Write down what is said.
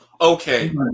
Okay